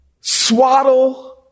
swaddle